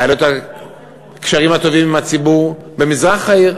היו לו הקשרים הטובים עם הציבור במזרח העיר,